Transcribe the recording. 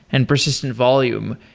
and persistent volume,